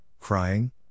crying